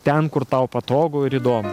ten kur tau patogu ir įdomu